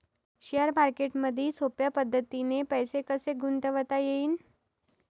Share मार्केटमधी सोप्या पद्धतीने पैसे कसे गुंतवता येईन?